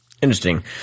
Interesting